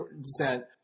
descent